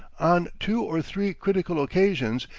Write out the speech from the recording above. on two or three critical occasions,